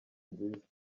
nziza